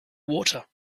water